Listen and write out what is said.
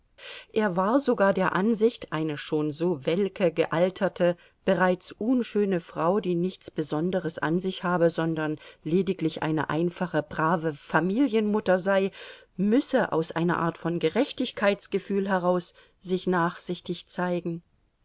er war sogar der ansicht eine schon so welke gealterte bereits unschöne frau die nichts besonderes an sich habe sondern lediglich eine einfache brave familienmutter sei müsse aus einer art von gerechtigkeitsgefühl heraus sich nachsichtig zeigen